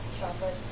chocolate